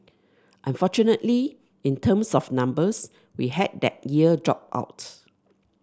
unfortunately in terms of numbers we had that year drop out